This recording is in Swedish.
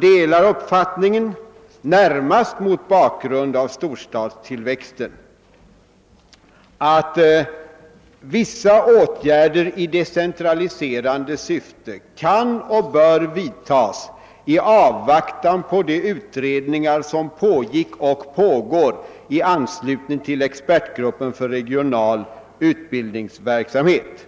dela den uppfattning som — närmast mot bakgrund av storstadstillväxten — innebär att vissa åtgärder i decentraliserande syfte kan och bör vidtas i avvaktan på de utredningar som pågick och pågår i anslutning till expertgruppen för regional utredningsverksamhet.